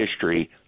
history